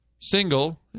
single